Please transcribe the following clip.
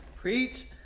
preach